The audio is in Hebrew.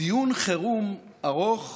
דיון חירום ארוך,